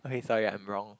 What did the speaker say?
okay sorry I'm wrong